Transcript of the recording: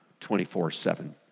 24-7